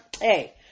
Hey